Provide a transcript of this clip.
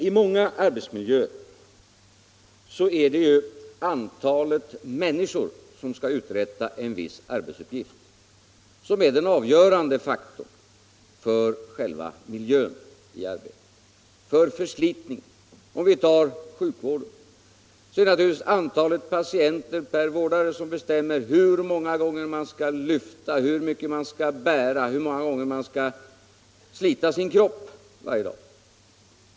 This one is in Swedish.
I många arbetsmiljöer är det ju antalet människor som skall utföra en viss arbetsuppgift som är den avgörande faktorn för själva miljön i arbetet, för förslitningen. Inom exempelvis sjukvården är det naturligtvis antalet patienter per vårdare som bestämmer hur många gånger man skall lyfta, hur mycket man skall bära, hur mycket man skall slita sin kropp varje dag.